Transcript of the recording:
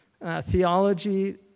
Theology